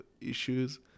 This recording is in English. issues